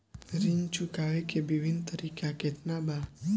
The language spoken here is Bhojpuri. ऋण चुकावे के विभिन्न तरीका केतना बा?